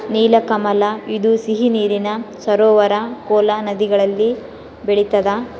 ನೀಲಕಮಲ ಇದು ಸಿಹಿ ನೀರಿನ ಸರೋವರ ಕೋಲಾ ನದಿಗಳಲ್ಲಿ ಬೆಳಿತಾದ